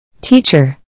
Teacher